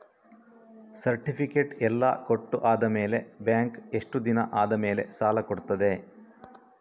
Certificate ಎಲ್ಲಾ ಕೊಟ್ಟು ಆದಮೇಲೆ ಬ್ಯಾಂಕ್ ಎಷ್ಟು ದಿನ ಆದಮೇಲೆ ಸಾಲ ಕೊಡ್ತದೆ?